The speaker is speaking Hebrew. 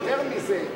יותר מזה,